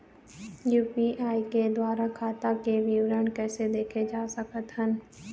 UPI के द्वारा खाता के विवरण कैसे देख सकत हन?